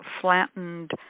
flattened